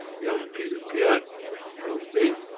young peter piot above me.